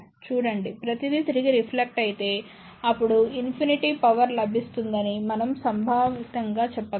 చూడండి ప్రతిదీ తిరిగి రిఫ్లెక్ట్ అయితే అప్పుడు ఇన్ఫినిటీ పవర్ లభిస్తుందని మనం సంభావితంగా చెప్పగలం